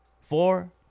four